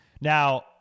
Now